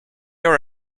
are